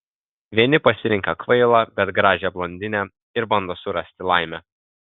vieni pasirenka kvailą bet gražią blondinę ir bando surasti laimę